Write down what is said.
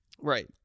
Right